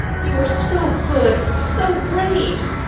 you were so good, so brave!